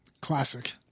Classic